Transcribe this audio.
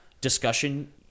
discussion